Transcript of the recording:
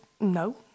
No